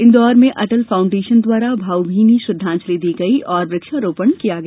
इंदौर में अटल फाउण्डेशन द्वारा भावभीनी श्रद्दांजलि दी गई और वृक्षारोपण किया गया